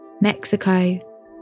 Mexico